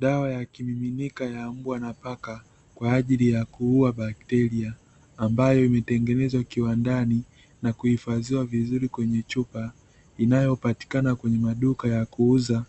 Dawa ya kimiminika ya mbwa na paka, kwa ajili ya kuua bakteria. Ambayo imetengenezwa kiwandani na kuhifadhiwa vizuri kwenye chupa, inayopatikana kwenye maduka ya kuuza